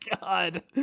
God